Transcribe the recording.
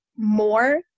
more